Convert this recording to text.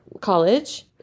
college